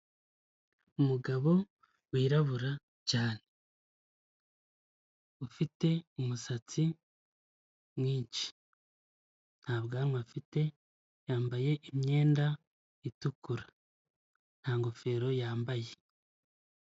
Umugabo wirabura cyane, ufite umusatsi mwinshi nta bwanwa afite yambaye imyenda itukura, nta ngofero yambaye.